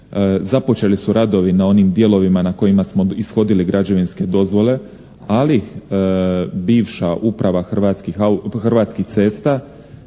započeli su radovi na onim dijelovima na kojima smo ishodili građevinske dozvole ali bivša uprava Hrvatskih cesta